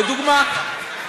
לדוגמה,